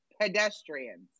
pedestrians